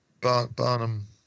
Barnum